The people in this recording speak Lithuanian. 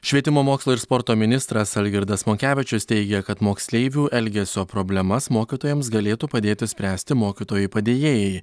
švietimo mokslo ir sporto ministras algirdas monkevičius teigia kad moksleivių elgesio problemas mokytojams galėtų padėti spręsti mokytojai padėjėjai